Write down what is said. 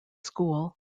school